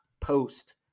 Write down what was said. post